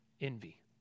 envy